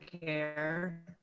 care